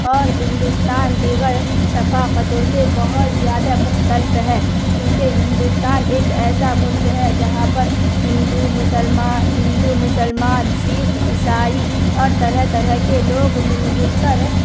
اور ہندوستان دیگر ثقافتوں سے بہت زیادہ مختلف ہے کیوں کہ ہندوستان ایک ایسا ملک ہے جہاں پر ہندو مسلماں ہندو مسلمان سیکھ عیسائی اور طرح طرح کے لوگ مل جل کر